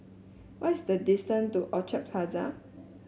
what is the distance to Orchid Plaza